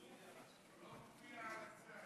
הוא לא מופיע על הצג.